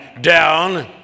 down